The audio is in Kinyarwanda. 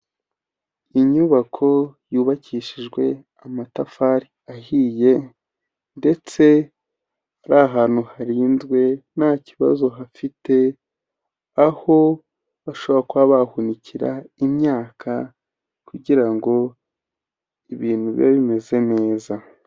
Inyubako yubakishijwe amatafari ahiye ndetse arahantu harinzwe nta kibazo hafite aho bashobora kuba bahunikira imyaka kugira ngo ibintu bibe bimeze neza.